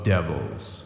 Devils